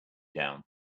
down